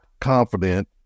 confident